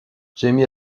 jamie